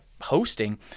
hosting